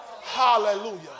Hallelujah